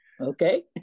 Okay